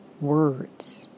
words